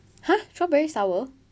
!huh! strawberry sour